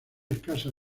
escasa